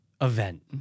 event